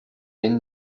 این